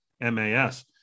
MAS